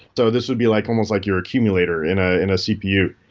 so this would be like almost like your accumulator in ah in a cpu.